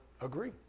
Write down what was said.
agree